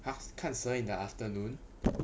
!huh! 看蛇 in the afternoon